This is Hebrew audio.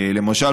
למשל,